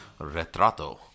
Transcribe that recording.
Retrato